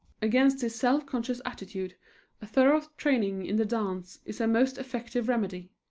against this self-conscious attitude a thorough training in the dance is a most effective remedy.